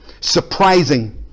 surprising